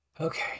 Okay